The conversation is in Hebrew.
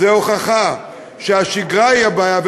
זה הוכחה שהשגרה היא הבעיה,